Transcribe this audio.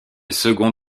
second